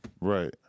Right